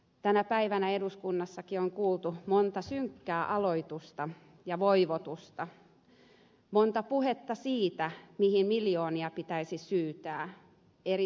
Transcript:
tänä päivänä eduskunnassakin on kuultu monta synkkää aloitusta ja voivotusta monta puhetta siitä mihin eri suuntiin miljoonia pitäisi syytää